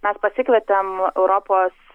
mes pasikvietėm europos